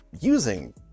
using